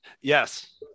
Yes